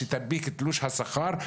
שתנפיק את תלוש השכר.